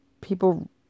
people